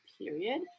period